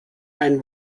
ein